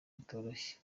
bitoroshye